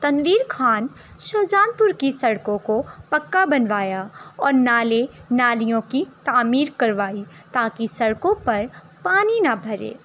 Tanveer Khan Shahjahanpur کی سڑکوں کو پکا بنوایا اور نالے نالیوں کی تعمیر کروائی تاکہ سڑکوں پر پانی نہ بھرے